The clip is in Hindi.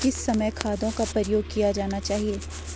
किस समय खादों का प्रयोग किया जाना चाहिए?